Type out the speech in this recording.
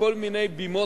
בכל מיני בימות,